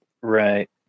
Right